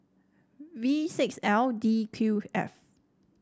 V six L D Q F